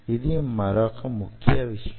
ఇది మరొక ముఖ్య విషయం